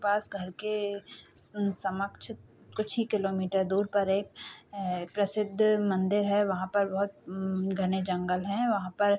पास घर के समक्ष कुछ ही किलोमीटर दूर पर एक प्रसिद्ध मंदिर है वहाँ पर बहुत घने जंगल हैं वहाँ पर